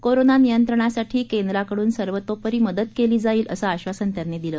corona नियंत्रणासाठी केंद्राकडून सर्वतोपरी मदत केली जाईल असं आधासन त्यांनी दिलं